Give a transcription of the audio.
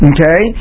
Okay